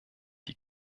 die